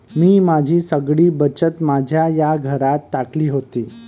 मी माझी सगळी बचत माझ्या या घरात टाकली होती